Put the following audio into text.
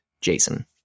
Jason